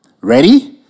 Ready